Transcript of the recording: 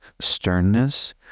sternness